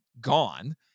gone